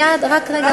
אל תנהגי בכביש,